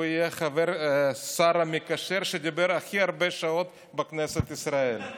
הוא יהיה השר המקשר שדיבר הכי הרבה שעות בכנסת ישראל.